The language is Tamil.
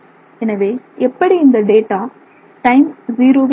எனவே எப்படி இந்த டேட்டா டைம் ஜீரோவில் இருந்தது